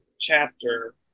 chapter